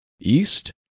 east